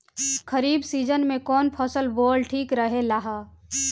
खरीफ़ season में कौन फसल बोअल ठिक रहेला ह?